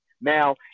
Now